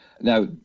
now